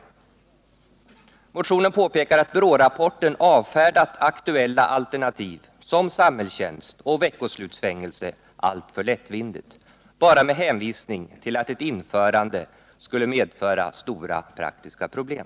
I motionen påpekas att man i BRÅ-rapporten avfärdat aktuella alternativ som samhällstjänst och veckoslutsfängelse alltför lättvindigt, bara med hänvisning till att ett införande härav skulle medföra stora praktiska problem.